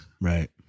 right